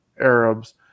Arabs